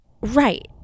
right